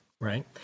right